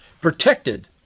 protected